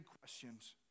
questions